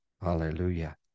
hallelujah